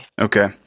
Okay